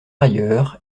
ailleurs